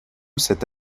cette